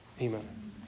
Amen